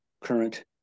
current